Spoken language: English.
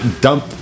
dump